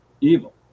evil